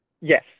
Yes